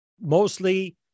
mostly